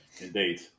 Indeed